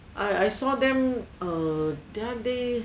I I saw them uh the other day